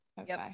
Okay